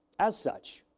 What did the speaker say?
as such,